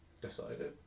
decided